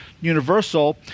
universal